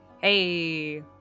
Hey